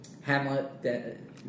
Hamlet